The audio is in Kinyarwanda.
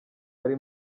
ari